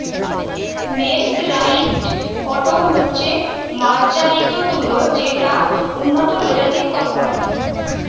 mercerised cotton হচ্ছে মার্জারিত তুলো যেটা উন্নত প্রজাতির কট্টন